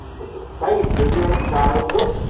but the faith of your childhood?